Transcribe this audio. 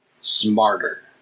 smarter